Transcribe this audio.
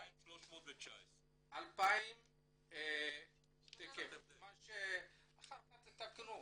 2,319. אחר כך תתקנו.